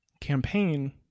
campaign